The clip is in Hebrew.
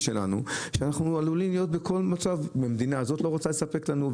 שלנו שאנחנו עלולים להיות בכל מצב שהמדינה הזאת לא רוצה לספק לנו,